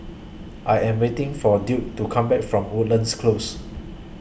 I Am waiting For Duke to Come Back from Woodlands Close